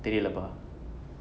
தெரியல பா:theriyala paa